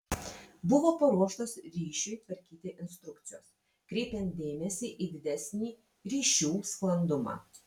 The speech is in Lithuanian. buvo paruoštos ryšiui tvarkyti instrukcijos kreipiant dėmesį į didesnį ryšių sklandumą